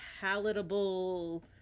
palatable